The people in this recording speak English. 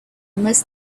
unless